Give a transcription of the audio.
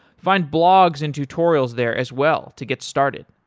find blogs and tutorials there as well to get started.